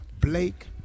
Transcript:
Blake